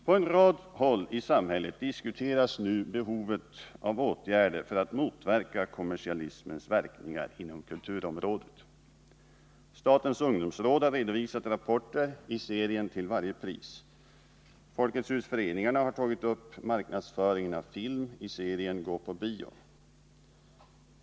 På en rad håll i samhället diskuteras nu behovet av åtgärder för att motverka kommersialismens verkningar inom kulturområdet. Statens ungdomsråd har redovisat rapporter i serien Till varje pris. Folkets husföreningarna har tagit upp marknadsföringen av film i serien Gå på bio.